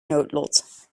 noodlot